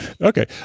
Okay